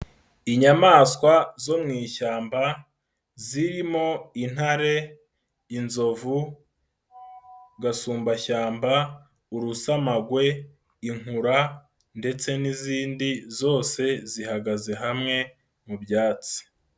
Inyamaswa zo mu ishyamba zirimo: intare, inzovu, agasumbashyamba, urusamagwe, inkura ndetse n'izindi zose zihagaze hamwe mu byatsi.